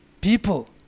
people